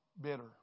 bitter